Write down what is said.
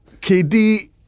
KD